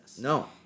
No